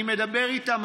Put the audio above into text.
אני מדבר איתם,